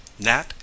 Nat